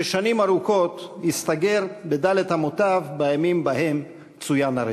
ששנים ארוכות הסתגר בד' אמותיו בימים שבהם צוין הרצח,